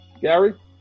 Gary